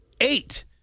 eight